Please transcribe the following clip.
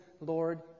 Lord